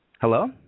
Hello